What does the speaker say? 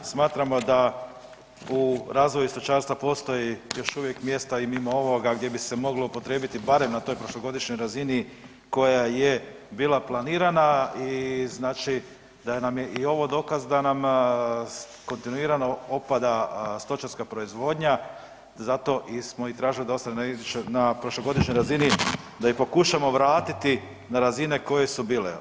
Smatramo da u razvoju stočarstva postoji još uvije mjesta i mimo ovoga gdje bi se moglo upotrijebiti barem na toj prošlogodišnjoj razini koja je bila planirana i znači da nam je ovo dokaz da nam kontinuirano opada stočarska proizvodnja zato smo i tražili … na prošlogodišnjoj razini da ju pokušamo vratiti na razine koje su bile.